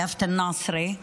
יאפת אלנאסרה,